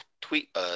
tweet